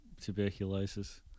tuberculosis